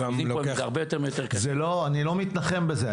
אני לא מתנחם בזה,